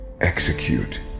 Execute